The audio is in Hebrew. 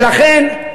ולכן,